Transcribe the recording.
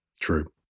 True